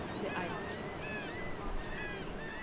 the item. option a or option b?